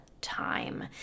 time